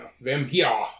vampire